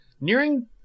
Nearing